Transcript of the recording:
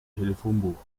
telefonbuch